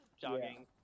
jogging